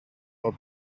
our